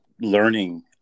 learning